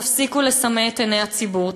תפסיקו לסמא את עיני הציבור.